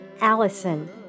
Allison